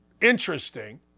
Interesting